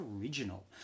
original